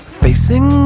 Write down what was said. facing